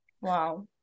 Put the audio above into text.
wow